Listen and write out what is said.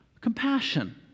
Compassion